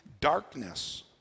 darkness